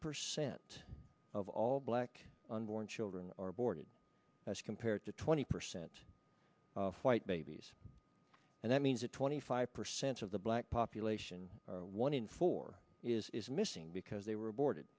percent of all black unborn children are aborted as compared to twenty percent of white babies and that means that twenty five percent of the black population one in four is missing because they were aborted